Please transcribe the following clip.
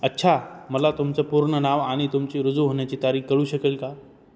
अच्छा मला तुमचं पूर्ण नाव आणि तुमची रुजू होण्याची तारीख कळू शकेल का